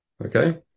Okay